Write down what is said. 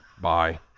Bye